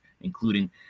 including